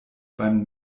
beim